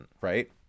right